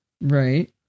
Right